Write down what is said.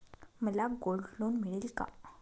मला gold loan मिळेल का?